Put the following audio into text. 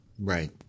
Right